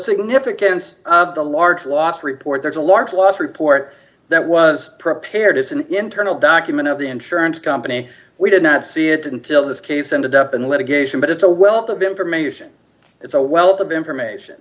significance of the large loss report there's a large loss report that was prepared as an internal document of the insurance company we did not see it until this case ended up in litigation but it's a wealth of information it's a wealth of information